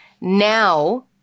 now